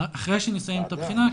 אחרי שנסיים את הבחינה,